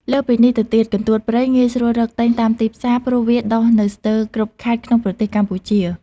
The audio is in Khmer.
លើសពីនេះទៅទៀត កន្ទួតព្រៃងាយស្រួលរកទិញតាមទីផ្សារ ព្រោះវាដុះនៅស្ទើរគ្រប់ខេត្តក្នុងប្រទេសកម្ពុជា